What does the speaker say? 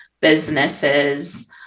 businesses